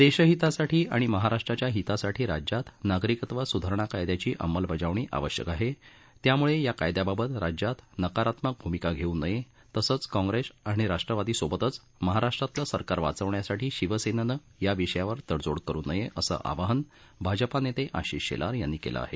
देशहितासाठी आणि महाराष्ट्राच्या हितासाठी राज्यात नागरिकत्व स्धारणा कायद्याची अंमलबजावणी आवश्यक आहे त्यामुळे या कायद्याबाबत राज्यात नकारात्मक भूमिका घेऊ नये तसंच काँग्रेस आणि राष्ट्रवादीसोबतच महाराष्ट्रातील सरकार वाचवण्यासाठी शिवसेनेनं या विषयावर तडजोड करू नये असं आवाहन भाजपा नेते आशिष शेलार यांनी केलं आहे